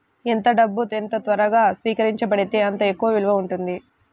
ఎంత డబ్బు ఎంత త్వరగా స్వీకరించబడితే అంత ఎక్కువ విలువ ఉంటుంది